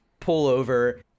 pullover